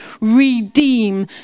redeem